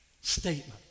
statement